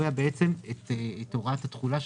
זה יכול להיות אנשים כלשהם מה פתאום אתה